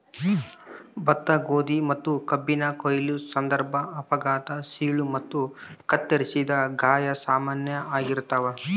ಭತ್ತ ಗೋಧಿ ಮತ್ತುಕಬ್ಬಿನ ಕೊಯ್ಲು ಸಂದರ್ಭ ಅಪಘಾತ ಸೀಳು ಮತ್ತು ಕತ್ತರಿಸಿದ ಗಾಯ ಸಾಮಾನ್ಯ ಆಗಿರ್ತಾವ